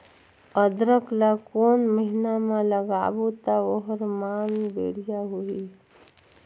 अदरक ला कोन महीना मा लगाबो ता ओहार मान बेडिया होही?